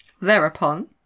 Thereupon